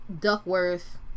Duckworth